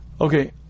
Okay